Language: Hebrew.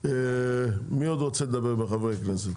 מי עוד רוצה לדבר מחברי הכנסת?